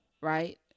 right